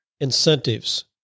incentives